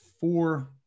four